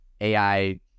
AI